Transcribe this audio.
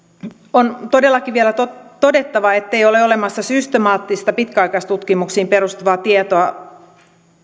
on todellakin vielä todettava ettei ole olemassa systemaattista pitkäisaikaistutkimuksiin perustuvaa tietoa